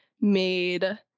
made